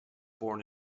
born